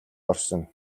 орсон